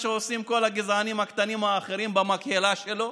שעושים כל הגזענים הקטנים האחרים במקהלה שלו,